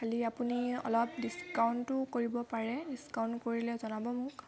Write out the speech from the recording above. খালী আপুনি অলপ ডিছকাউণ্টোও কৰিব পাৰে ডিছকাউণ্ট কৰিলে জনাব মোক